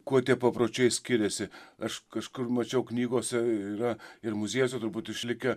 kuo tie papročiai skiriasi aš kažkur mačiau knygose yra ir muziejuose turbūt išlikę